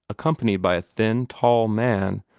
accompanied by a thin, tall man,